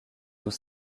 tout